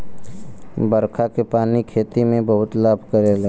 बरखा के पानी खेती में बहुते लाभ करेला